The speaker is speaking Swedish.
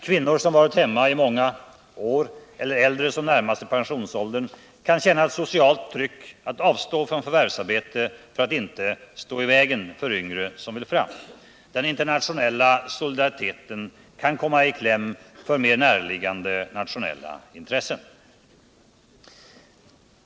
Kvinnor som varit hemma i många år eller äldre som närmar sig pensionsåldern kan känna ett socialt tryck att avstå från förvärvsarbete för att inte ”stå i vägen” för yngre som vill fram. Den internationella solidariteten kan komma i kläm för mer näraliggande nationella intressen.